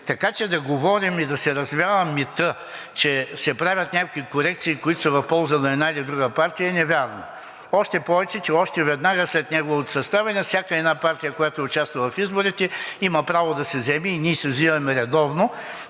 Така че да говорим и да се развява митът, че се правят някакви корекции, които са в полза на една или друга партия, е невярно. Още повече, че още веднага след неговото съставяне всяка една партия, която е участвала в изборите (председателят дава сигнал, че времето